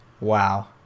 Wow